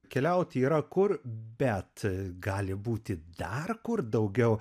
keliauti yra kur bet gali būti dar kur daugiau